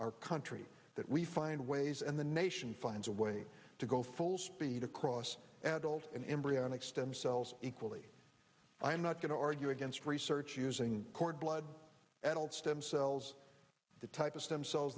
our country that we find ways and the nation finds a way to go full speed across adults in embryonic stem cells equally i'm not going to argue against research using cord blood adult stem cells the type of stem cells